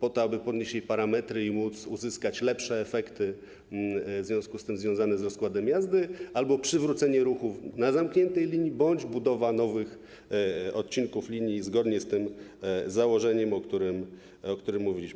po to aby podnosić parametry i móc uzyskać lepsze efekty, jeśli chodzi o rozkład jazdy, albo przywrócenie ruchu na zamkniętej linii bądź budowa nowych odcinków linii, zgodnie z tym założeniem, o którym mówiliśmy.